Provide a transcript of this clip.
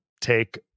take –